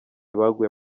baguye